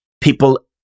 people